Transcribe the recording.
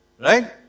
Right